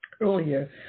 earlier